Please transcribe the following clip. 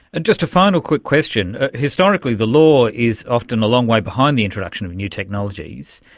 just a final quick question, historically the law is often a long way behind the introduction of new technologies.